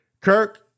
Kirk